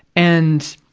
and,